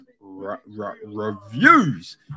reviews